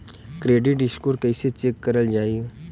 Credit score कइसे check करल जायी?